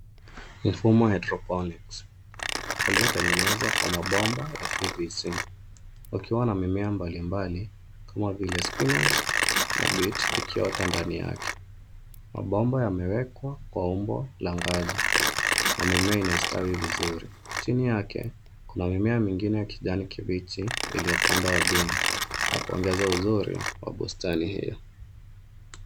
Mifumo ya hydroponics uliotengenezwa kwa mabomba ya PVC ukiwa na mimea mbalimbali kama vile spinach na beet ikiota ndani yake. Mabomba yamewekwa kwa umbo la ngazi na mimea imestawi vizuri. Chini yake kuna mimea mingine ya kijani kibichi iliyopandwa ardhini na kuongeza uzuri wa bustani hiyo.